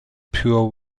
pure